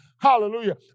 Hallelujah